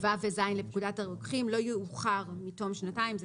(ו) ו-(ז) לפקודת הרוקחים לא יאוחר מתום שנתיים" אלה